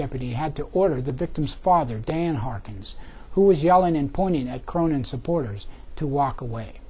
deputy had to order the victim's father dan hearkens who was yelling and pointing at cronin supporters to walk away